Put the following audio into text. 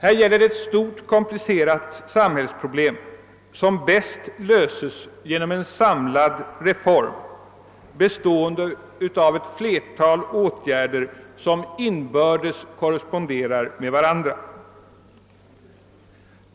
Det är ett stort och komplicerat samhällsproblem, som bäst löses genom en samlad reform bestående av ett flertal åtgärder vilka inbördes korresponderar med varandra.